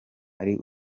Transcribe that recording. ari